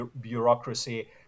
bureaucracy